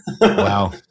Wow